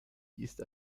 ist